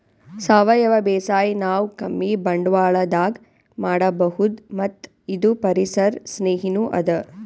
ಸಾವಯವ ಬೇಸಾಯ್ ನಾವ್ ಕಮ್ಮಿ ಬಂಡ್ವಾಳದಾಗ್ ಮಾಡಬಹುದ್ ಮತ್ತ್ ಇದು ಪರಿಸರ್ ಸ್ನೇಹಿನೂ ಅದಾ